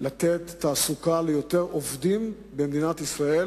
לתת תעסוקה ליותר עובדים במדינת ישראל,